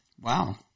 Wow